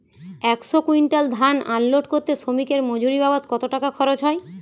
একশো কুইন্টাল ধান আনলোড করতে শ্রমিকের মজুরি বাবদ কত টাকা খরচ হয়?